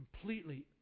Completely